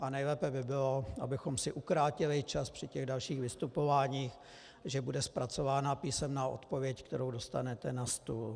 A nejlépe by bylo, abychom si ukrátili čas při těch dalších vystupováních, že bude zpracována písemná odpověď, kterou dostanete na stůl.